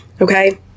Okay